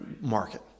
market